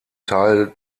teil